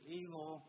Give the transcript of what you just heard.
evil